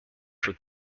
for